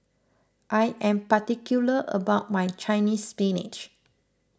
I am particular about my Chinese Spinach